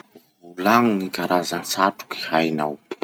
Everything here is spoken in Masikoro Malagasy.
Volagno gny karaza satrokay hainao.